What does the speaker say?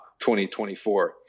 2024